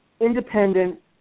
independent